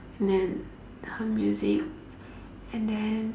and then her music and then